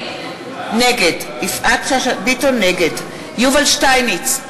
נגד יובל שטייניץ,